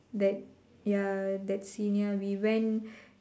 that ya that senior we went